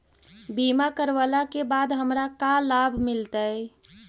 बीमा करवला के बाद हमरा का लाभ मिलतै?